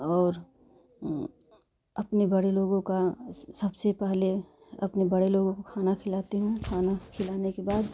और अपने बड़े लोगों का सबसे पहले अपने बड़े लोगों को खाना खिलाती हूँ खाना खिलाने के बाद